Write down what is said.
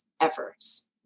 efforts